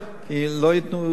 כי לא ייתנו מענקים.